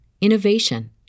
innovation